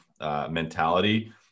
Mentality